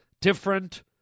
different